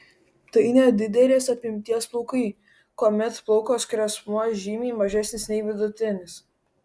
tai nedidelės apimties plaukai kuomet plauko skersmuo žymiai mažesnis nei vidutinis